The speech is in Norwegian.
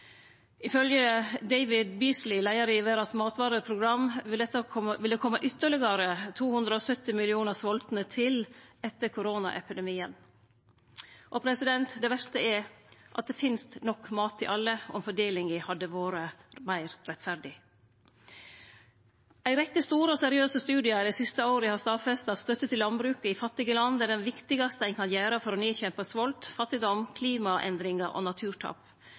Ifølgje David Beasley, leiaren i Verdas matvareprogram, vil det kome ytterlegare 270 millionar svoltne til etter koronaepidemien. Det verste er at det finst nok mat til alle, om fordelinga hadde vore meir rettferdig. Ei rekkje store og seriøse studiar dei siste åra har stadfesta at støtte til landbruket i fattige land er det viktigaste ein kan gjere for å nedkjempe svolt, fattigdom, klimaendringar og naturtap.